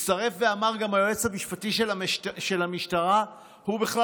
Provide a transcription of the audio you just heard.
הצטרף ואמר גם היועץ המשפטי של המשטרה שהוא בכלל